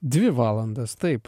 dvi valandas taip